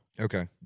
Okay